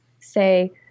say